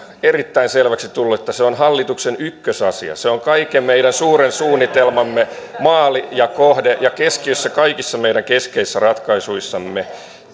erittäin selväksi tullut että se on hallituksen ykkösasia se on kaiken meidän suuren suunnitelmamme maali ja kohde ja keskiössä kaikissa meidän keskeisissä ratkaisuissamme